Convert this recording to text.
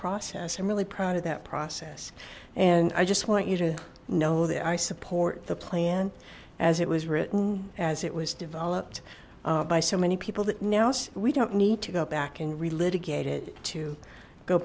process i'm really proud of that process and i just want you to know that i support the plan as it was written as it was developed by so many people that now say we don't need to go back and